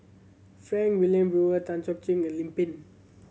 Frank Wilmin Brewer Tan Cheng Ching and Lim Pin